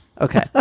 Okay